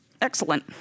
Excellent